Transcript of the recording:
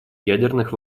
ядерных